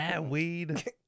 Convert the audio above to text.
Weed